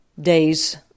days